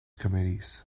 committees